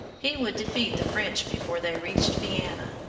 he would defeat the french before they reached vienna.